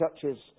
churches